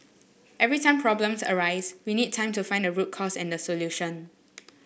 every time problems arise we need time to find the root cause and the solution